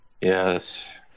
Yes